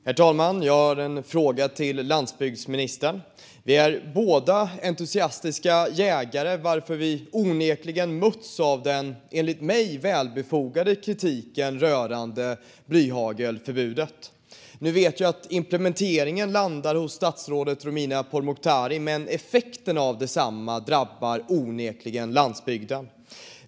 Herr talman! Jag har en fråga till landsbygdsministern. Vi är båda entusiastiska jägare och har båda mötts av den, enligt mig, befogade kritiken mot blyhagelförbudet. Nu vet jag att implementeringen av detta ligger hos statsrådet Romina Pourmokhtari, men effekterna av detsamma drabbar onekligen landsbygden.